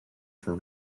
for